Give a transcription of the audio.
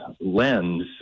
lens